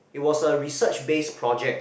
it was a research base project